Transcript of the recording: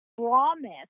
promise